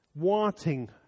wanting